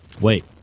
Wait